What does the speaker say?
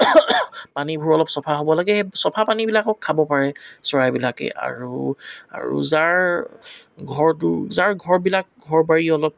পানীবোৰ অলপ চফা হ'ব লাগে সেই চফা পানীবিলাকো খাব পাৰে চৰাইবিলাকে আৰু আৰু যাৰ ঘৰতো ঘৰবিলাক ঘৰ বাৰী অলপ